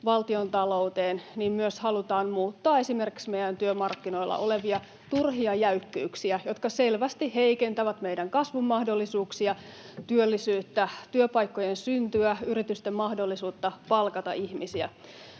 valtiontalouteen, myös halutaan muuttaa esimerkiksi meidän työmarkkinoilla olevia turhia jäykkyyksiä, jotka selvästi heikentävät meidän kasvun mahdollisuuksia, työllisyyttä, työpaikkojen syntyä, yritysten mahdollisuutta palkata ihmisiä.